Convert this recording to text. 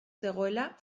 zegoela